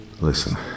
Listen